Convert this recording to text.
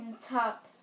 top